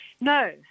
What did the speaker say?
No